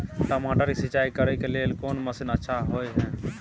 टमाटर के सिंचाई करे के लेल कोन मसीन अच्छा होय है